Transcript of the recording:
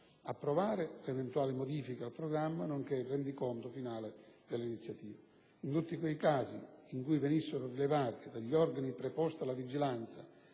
approvare le eventuali modifiche al programma nonché il rendiconto finale dell'iniziativa. In tutti quei casi in cui venissero rilevate dagli organi preposti alla vigilanza